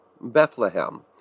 Bethlehem